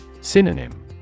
Synonym